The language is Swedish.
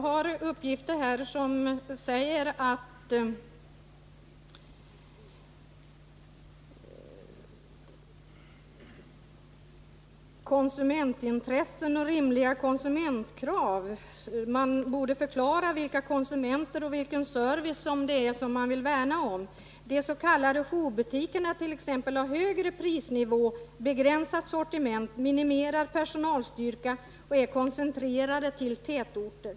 Herr talman! De s.k. jourbutikerna t.ex. har högre prisnivå, begränsat sortiment, minimerad personalstyrka och är koncentrerade till tätorter.